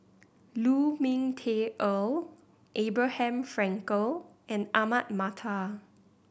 Lu Ming Teh Earl Abraham Frankel and Ahmad Mattar